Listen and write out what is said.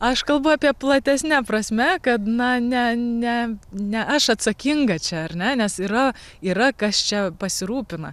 aš kalbu apie platesne prasme kad na ne ne ne aš atsakinga čia ar ne nes yra yra kas čia pasirūpina